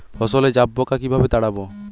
ফসলে জাবপোকা কিভাবে তাড়াব?